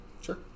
Sure